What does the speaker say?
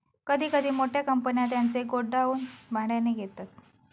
कधी कधी मोठ्या कंपन्या त्यांचे गोडाऊन भाड्याने घेतात